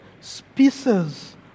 species